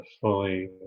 fully